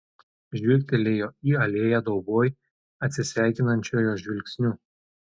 žvilgtelėjo į alėją dauboj atsisveikinančiojo žvilgsniu